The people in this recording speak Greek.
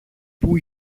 που